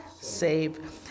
save